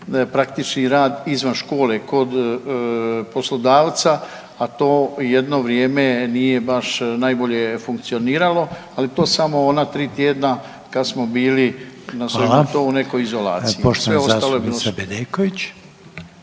praktični rad izvan škole, kod poslodavca, a to jedno vrijeme nije baš najbolje funkcioniralo, ali to samo ona tri tjedna kad smo bili …/Upadica: Hvala./… …/nerazumljivo/…